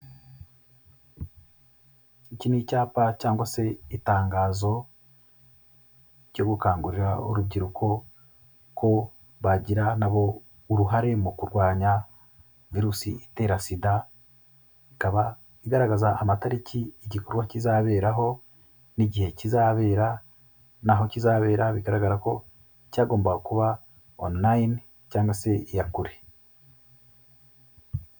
Iki ni icyapa cyangwa se itangazo ryo gukangurira urubyiruko, ko bagira na bo uruhare mu kurwanya virusi itera SIDA, ikaba igaragaza amatariki igikorwa kizaberaho n'igihe kizabera n'aho kizabera, bigaragara ko cyagombaga kuba online cyangwa se iya kure.